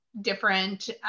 different